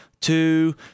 two